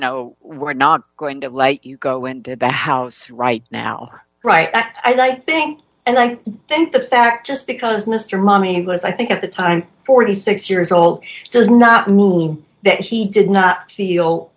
no we're not going to let you go into the house right now right i think and i think the fact just because mr mommy was i think at the time forty six years old does not mean that he did not feel